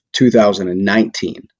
2019